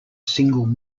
single